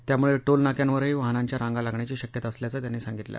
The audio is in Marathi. त्यामुळे टोलनाक्यांवरही वाहनांच्या रांगा लागण्याची शक्यता असल्याचेही त्यांनी सांगितलं